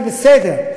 זה בסדר,